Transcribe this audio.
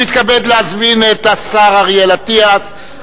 אני מתכבד להזמין את השר אריאל אטיאס,